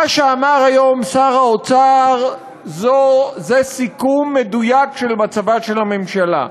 מה שאמר היום שר האוצר זה סיכום מדויק של מצבה של הממשלה.